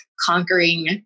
conquering